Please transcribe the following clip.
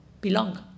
belong